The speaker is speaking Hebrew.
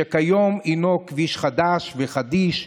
שכיום הינו כביש חדש וחדיש,